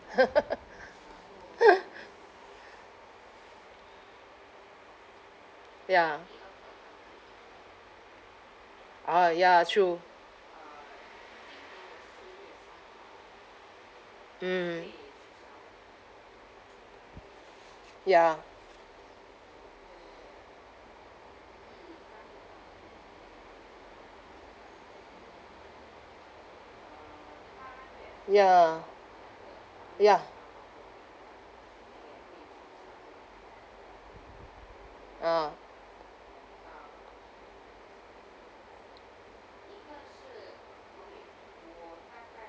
ya ah ya true mm ya ya ya ah